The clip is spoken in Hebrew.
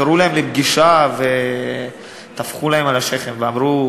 קראו להם לפגישה וטפחו להם על השכם ואמרו: